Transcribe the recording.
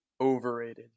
overrated